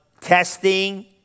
testing